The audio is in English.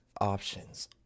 options